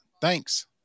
Thanks